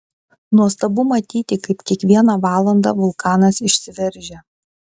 nuostabu matyti kaip kiekvieną valandą vulkanas išsiveržia